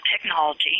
technology